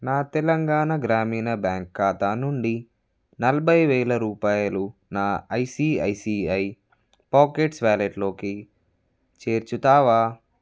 నా తెలంగాణ గ్రామీణ బ్యాంక్ ఖాతా నుండి నలభై వేల రూపాయలు నా ఐసిఐసిఐ పాకెట్స్ వాలెట్లోకి చేర్చుతావా